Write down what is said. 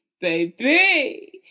baby